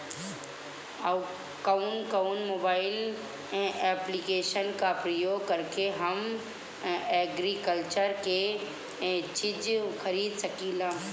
कउन कउन mobile application का प्रयोग करके हम एग्रीकल्चर के चिज खरीद सकिला?